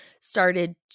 started